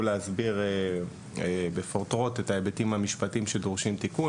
להסביר בפירוט את ההיבטים המשפטיים שדורשים תיקון.